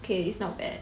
okay it's not bad